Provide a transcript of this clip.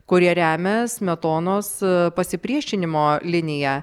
kurie remia smetonos pasipriešinimo liniją